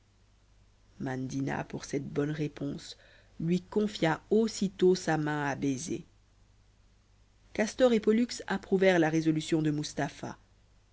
mandina pour cette bonne réponse lui confia aussitôt sa main à baiser castor et pollux approuvèrent la résolution de mustapha